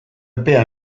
epea